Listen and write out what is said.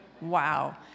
Wow